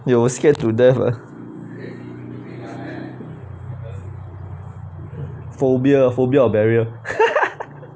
he was scared to death ah phobia phobia of barrier